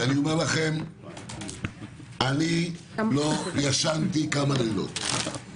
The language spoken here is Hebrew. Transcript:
אני אומר לכם אני לא ישנתי כמה לילות.